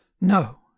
no